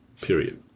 period